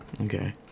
Okay